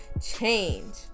change